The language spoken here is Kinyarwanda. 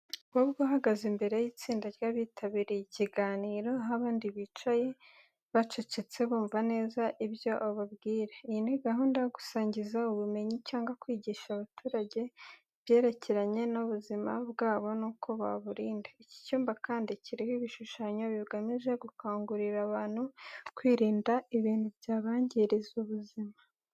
Umukobwa uhagaze imbere y'itsinda ry'abitabiriye ikiganiro, aho abandi bicaye bacecetse bumva neza ibyo ababwira. Iyi ni gahunda yo gusangiza ubumenyi, cyangwa kwigisha abaturange ibyerekeranye n'ubuzima bwabo n'uko baburinda. Icyi cyumba kandi kiriho ibishushanyo bigamije gukangurira abantu kwirinda ibintu byabangiriza ubuzima.